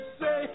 say